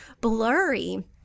blurry